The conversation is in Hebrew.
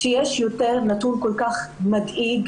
כשיש נתון כל-כך מדאיג,